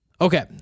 Okay